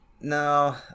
no